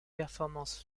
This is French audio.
performances